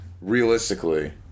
Realistically